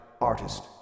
artist